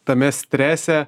tame strese